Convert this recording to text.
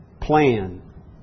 plan